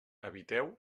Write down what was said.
eviteu